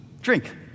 drink